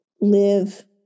live